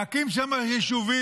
להקים שם יישובים,